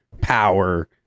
power